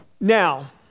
Now